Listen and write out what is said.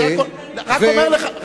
אני רק אומר לך.